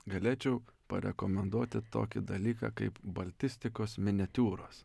galėčiau parekomenduoti tokį dalyką kaip baltistikos miniatiūros